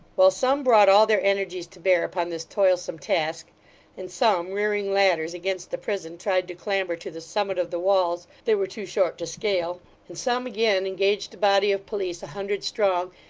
while some brought all their energies to bear upon this toilsome task and some, rearing ladders against the prison, tried to clamber to the summit of the walls they were too short to scale and some again engaged a body of police a hundred strong,